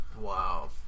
Wow